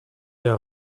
der